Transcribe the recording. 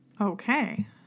Okay